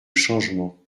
changement